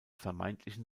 vermeintlichen